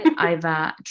over